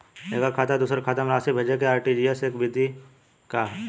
एकह खाता से दूसर खाता में राशि भेजेके आर.टी.जी.एस विधि का ह?